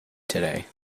today